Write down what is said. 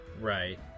right